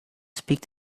speak